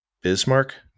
Bismarck